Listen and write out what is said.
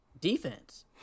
defense